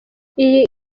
iyi